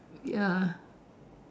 ya